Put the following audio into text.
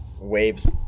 waves